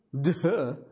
Duh